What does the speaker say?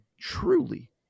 truly